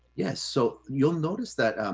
yes. so you'll notice that,